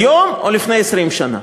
היום או לפני 20 שנה.